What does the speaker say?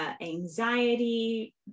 anxiety